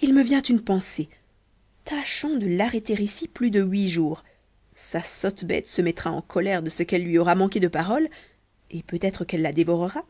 il me vient une pensée tâchons de l'arrêter ici plus de huit jours sa sotte bête se mettra en colère de ce qu'elle lui aura manqué de parole et peut-être qu'elle la dévorera